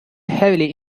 heavily